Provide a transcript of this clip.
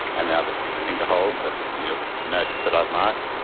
and now the six finger holes that you noticed that i've marked.